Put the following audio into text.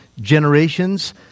generations